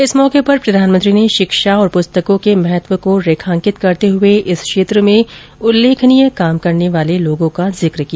इस मौके पर प्रधानमंत्री ने शिक्षा और पुस्तकों के महत्व को रेखांकित करते हुए इस क्षेत्र में उल्लेखनीय काम करने वाले लोगों का जिक्र किया